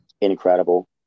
incredible